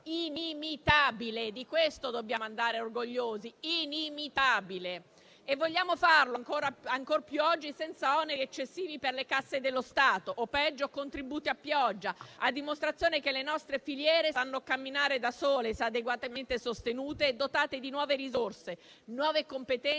inimitabile - e di questo dobbiamo andare orgogliosi. Vogliamo farlo ancor più oggi, senza oneri eccessivi per le casse dello Stato o, peggio, con contributi a pioggia, a dimostrazione che le nostre filiere sanno camminare da sole se adeguatamente sostenute e dotate di nuove risorse, nuove competenze